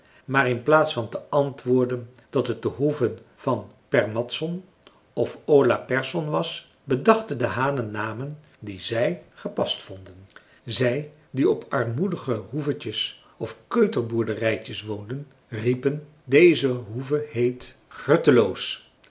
maar in plaats van te antwoorden dat het de hoeve van per mattson of ola persson was bedachten de hanen namen die zij gepast vonden zij die op armoedige hoevetjes of keuterboerderijtjes woonden riepen deze hoeve heet